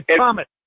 promise